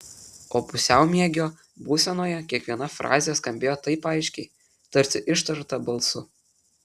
o pusiaumiegio būsenoje kiekviena frazė skambėjo taip aiškiai tarsi ištarta balsu